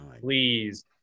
please